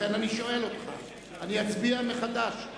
לכן אני שואל אותך, אצביע מחדש.